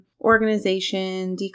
organization